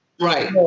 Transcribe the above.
Right